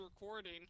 recording